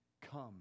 Come